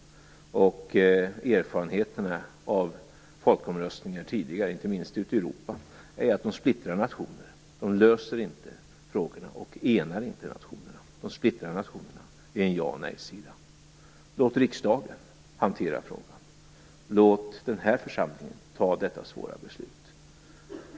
Erfarenheterna av folkomröstningar tidigare, inte minst ute i Europa, är att de splittrar nationer. De löser inte frågorna och enar inte nationerna. De splittrar nationerna i en ja och en nej-sida. Låt riksdagen hantera frågan! Låt den här församlingen fatta detta svåra beslut!